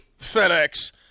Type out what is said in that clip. FedEx